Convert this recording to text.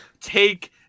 take